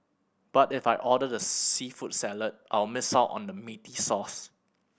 but if I order the seafood salad I'll miss out on the meaty sauce